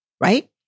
Right